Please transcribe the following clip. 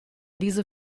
diese